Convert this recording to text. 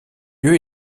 lieu